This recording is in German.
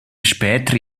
später